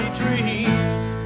dreams